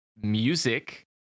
music